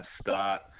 start